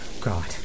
God